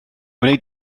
wnei